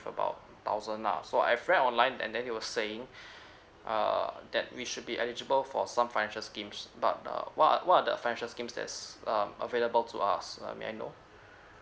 about thousand lah so I've read online and then it were saying err that we should be eligible for some financial schemes but uh what are what are the financial schemes that's um available to us uh may I know